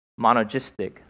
monogistic